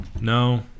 No